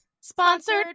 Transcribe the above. sponsored